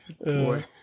Boy